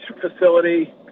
facility